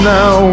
now